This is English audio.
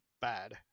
bad